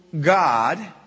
God